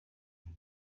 بدهم